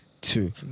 two